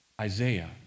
Isaiah